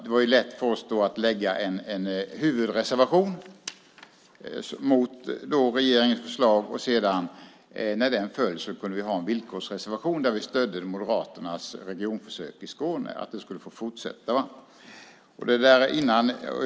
Det var lätt för oss att lägga fram en huvudreservation mot regeringens förslag, och när den sedan föll kunde vi ha en villkorsreservation där vi stödde Moderaterna i att regionförsöket i Skåne skulle få fortsätta.